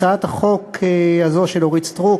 הצעת החוק הזו של אורית סטרוק,